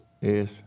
Yes